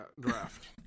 draft